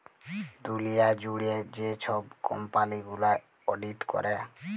দুঁলিয়া জুইড়ে যে ছব কম্পালি গুলা অডিট ক্যরে